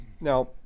Now